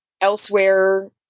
Elsewhere